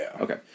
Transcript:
Okay